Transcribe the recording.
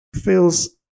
feels